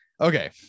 okay